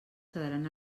quedaran